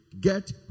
get